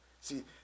See